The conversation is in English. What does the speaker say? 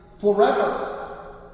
forever